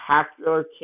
spectacular